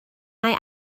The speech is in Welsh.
mae